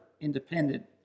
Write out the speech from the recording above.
independent